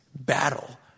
battle